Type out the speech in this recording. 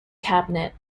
cabinet